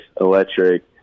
electric